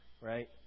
Right